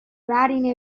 writing